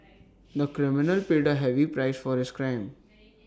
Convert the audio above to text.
the criminal paid A heavy price for his crime